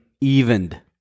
evened